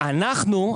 -- ואנחנו,